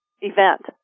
event